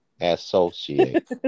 Associate